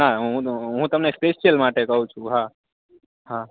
હાં હું તો હું તમને પેસ્ટલ માટે કહું છું હાં હાં